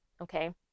okay